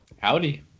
howdy